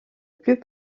plus